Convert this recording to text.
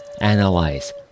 Analyze